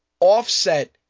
offset